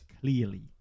clearly